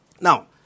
Now